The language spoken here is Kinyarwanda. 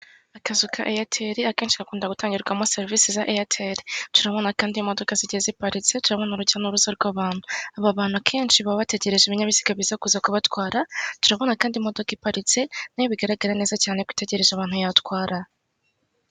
Akazu ka Eyateri akenshi gakunda gutangirwamo serivisi za Eyateri. Turabona kandi imodoka zigiye ziparitse, turabona urujya n' uruza ry'abantu. Aba bantu akenshi baba bategereje ibinyabizga biza kuza kubatwara; turabona kandi imodoka iparitse na yo bigaragara neza cyane ko itegereje abantu yatwara.